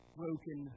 broken